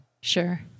Sure